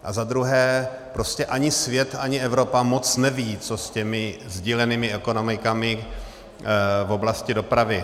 A za druhé, prostě ani svět, ani Evropa moc nevědí, co s těmi sdílenými ekonomikami v oblasti dopravy.